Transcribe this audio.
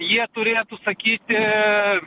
jie turėtų sakyti